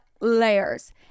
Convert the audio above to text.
layers